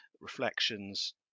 reflections